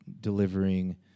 delivering